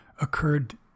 occurred